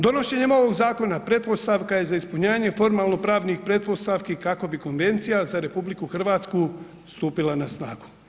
Donošenjem ovog zakona pretpostavka za ispunjenje formalnopravnih pretpostavki kako bi konvencija za RH stupila na snagu.